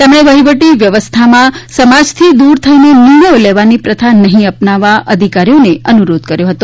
તેમણે વહિવટી વ્યવસ્થામાં સમાજથી દૂર થઈને નિર્ણયો લેવાની પ્રથાનહીં અપનાવવા અધિકારીઓને અનુરોધ કર્યો હતો